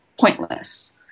pointless